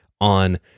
on